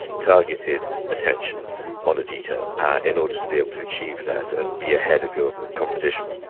targeted attention on a detail in order to be able to achieve that and be ahead of your competition.